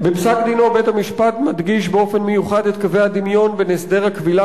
"בפסק-דינו בית-המשפט מדגיש באופן מיוחד את קווי הדמיון בין הסדר הכבילה